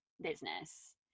business